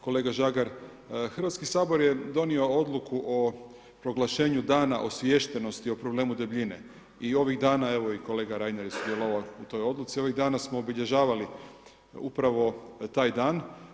Kolega Žagar, Hrvatski sabor je donio odluku o proglašenju Dana osviještenosti o problemu debljine i ovih dana, evo i kolega Reiner je sudjelovao u toj odluci, ovih dana smo obilježavali upravo taj dan.